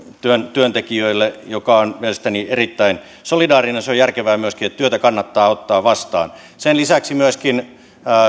työntekijöille ja joka on mielestäni erittäin solidaarinen se on myöskin järkevää että työtä kannattaa ottaa vastaan sen lisäksi myöskin